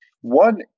One